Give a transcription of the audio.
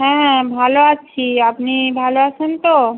হ্যাঁ ভালো আছি আপনি ভালো আছেন তো